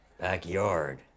backyard